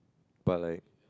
but like